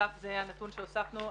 זה הנתון שהוספנו,